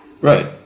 Right